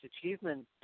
achievement